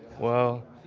well,